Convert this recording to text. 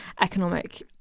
economic